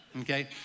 okay